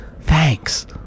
thanks